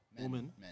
Women